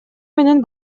менен